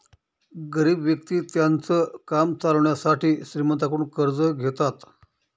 गरीब व्यक्ति त्यांचं काम चालवण्यासाठी श्रीमंतांकडून कर्ज घेतात